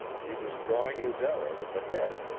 he was drawing his arrow to the head,